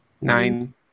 Nine